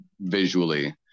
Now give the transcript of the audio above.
visually